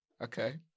Okay